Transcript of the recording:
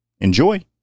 Enjoy